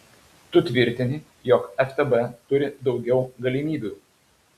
tu tvirtini jog ftb turi daugiau galimybių